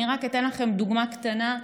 אני רק אתן לכם דוגמה קטנה.